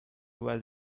was